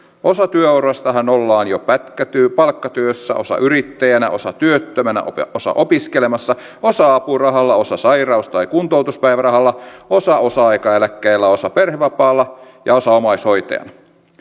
osa työurastahan ollaan jo palkkatyössä osa yrittäjänä osa työttömänä osa opiskelemassa osa apurahalla osa sairaus tai kuntoutuspäivärahalla osa osa aikaeläkkeellä osa perhevapaalla ja osa omaishoitajana